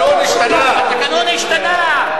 אדוני היושב-ראש,